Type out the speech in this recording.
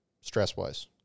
stress-wise